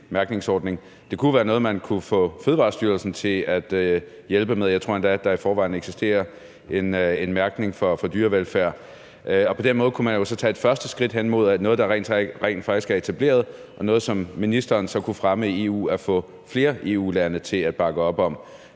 Det kunne være noget, man kunne få Fødevarestyrelsen til at hjælpe med, jeg tror endda, at der i forvejen eksisterer en mærkning for dyrevelfærd, og på den måde kunne man jo så tage et første skridt hen imod noget, der rent faktisk er etableret, og noget, som ministeren så kunne fremme i EU og få flere EU-lande til at bakke op om.